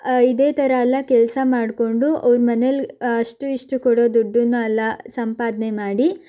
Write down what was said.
ಇದೇ ಥರ ಎಲ್ಲ ಕೆಲಸ ಮಾಡಿಕೊಂಡು ಅವರ ಮನೇಲಿ ಅಷ್ಟೋ ಇಷ್ಟೋ ಕೊಡೋ ದುಡ್ಡನ್ನು ಎಲ್ಲ ಸಂಪಾದನೆ ಮಾಡಿ